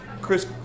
Chris